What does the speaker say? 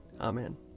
Amen